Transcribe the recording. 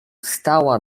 stała